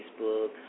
Facebook